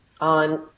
on